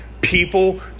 people